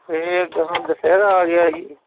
ਫਿਰ ਗਾਹਾ ਦੁਸਹਿਰਾ ਆ ਗਿਆ ਜੀ